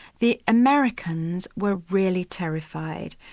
the americans were really terrified.